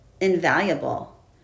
invaluable